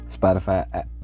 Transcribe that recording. Spotify